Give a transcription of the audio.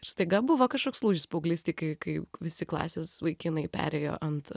staiga buvo kažkoks lūžis paauglystėj kai kai kai visi klasės vaikinai perėjo ant